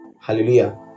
Hallelujah